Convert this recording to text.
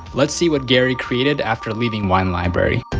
let's see what gary created after leaving wine library.